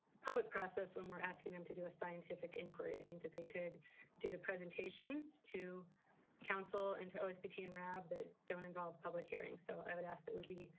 public process when we're asking them to do a scientific inquiry. i think that they could do the presentations to counsel and to always be teen rab that don't involve public hearing. so i would ask that would be